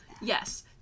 Yes